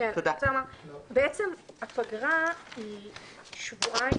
הפגרה היא שבועיים,